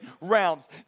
realms